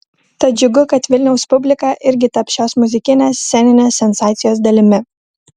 tad džiugu kad vilniaus publika irgi taps šios muzikinės sceninės sensacijos dalimi